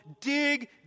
Dig